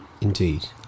Indeed